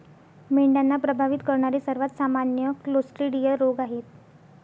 मेंढ्यांना प्रभावित करणारे सर्वात सामान्य क्लोस्ट्रिडियल रोग आहेत